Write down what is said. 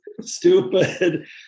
stupid